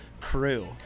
crew